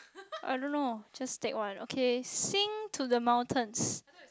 I don't know just take one okay sing to the mountains